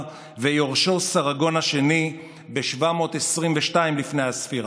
ויורשו סרגון השני בשנת 722 לפני הספירה.